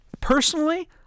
personally